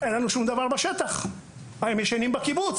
אין לנו שום דבר בשטח, הם ישנים בקיבוץ.